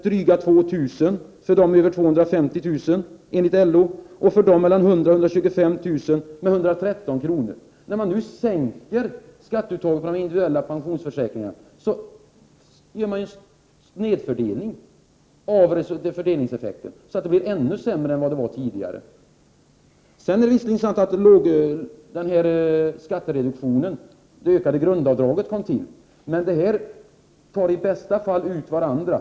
för dem som tjänar över 250000 kr., och 113 kr. för dem som tjänar 100 000-125 000 kr. När man nu sänker skattetaket för alla individuella pensionsförsäkringar, blir fördelningen sned, och effekten slår alltså ännu sämre än vad den gjorde tidigare. Det är visserligen sant att skattereduktionen — det ökade grundavdraget — kom till, och effekterna tar i bästa fall ut varandra.